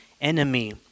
enemy